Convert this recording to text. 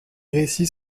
récits